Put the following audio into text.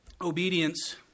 Obedience